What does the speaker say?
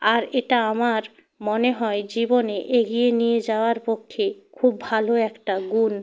আর এটা আমার মনে হয় জীবনে এগিয়ে নিয়ে যাওয়ার পক্ষে খুব ভালো একটা গুণ